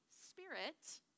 spirit